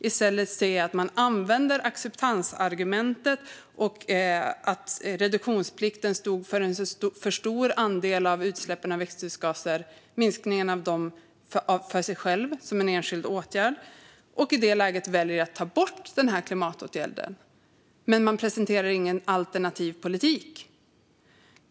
I stället ser jag att man använder acceptansargumentet och att reduktionsplikten som enskild åtgärd stod för en för stor andel av de minskade utsläppen av växthusgaser. I det läget väljer man att ta bort denna klimatåtgärd, men man presenterar ingen alternativ politik.